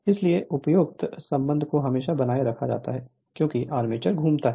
इसलिए उपरोक्त संबंध को हमेशा बनाए रखा जाता है क्योंकि आर्मेचर घूमता है